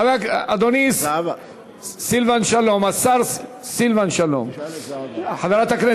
כדי שלא יהיו שאלות אחרי כן.